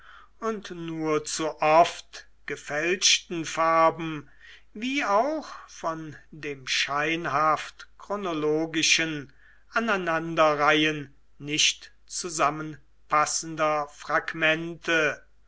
und nur zu oft gefälschten farben wie auch von dem scheinhaft chronologischen aneinanderreihen nicht zusammenpassender fragmente